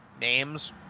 names